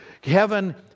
Heaven